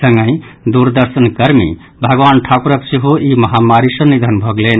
संगहि दूरदर्शन कर्मी भगवान ठाकुरक सेहो ई महामारी सँ निधन भऽ गेलनि